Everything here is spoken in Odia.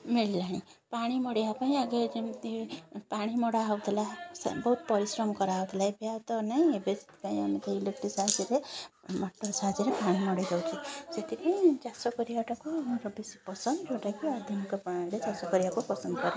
ମିଳିଲାଣି ପାଣି ମଡ଼ାଇବା ପାଇଁ ଆଗେ ଯେମିତି ପାଣି ମଡ଼ା ହଉଥିଲା ବହୁତ ପରିଶ୍ରମ କରାହଉଥିଲା ଏବେ ଆଉ ତ ନାଇଁ ଏବେ ସେଥିପାଇଁ ଆମକୁ ଇଲେକ୍ଟ୍ରିକ୍ ସାହାଯ୍ୟରେ ମୋଟର୍ ସାହାଯ୍ୟରେ ପାଣି ମଡ଼ାଇ ଦଉଛୁ ସେଥିପାଇଁ ଚାଷ କରିବାଟାକୁ ମୁଁ ବେଶୀ ପସନ୍ଦ ଯେଉଁଟାକି ଆଧୁନିକ ପ୍ରଣାଳୀରେ ଚାଷ କରିବାକୁ ପସନ୍ଦ କରେ